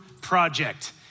Project